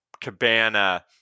Cabana